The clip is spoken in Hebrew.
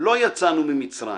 לא יצאנו ממצרים